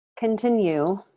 Continue